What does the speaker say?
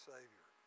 Savior